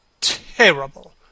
terrible